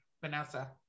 Vanessa